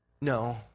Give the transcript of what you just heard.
no